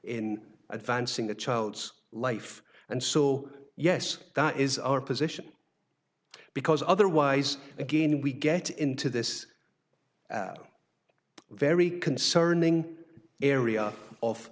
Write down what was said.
in advancing the child's life and so yes that is our position because otherwise again we get into this very concerning area of